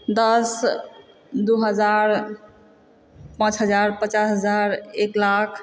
दश दू हजार पाँच हजार पचास हजार एक लाख